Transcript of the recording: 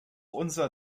unser